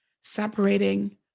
separating